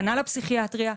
כנ"ל הפסיכיאטריה,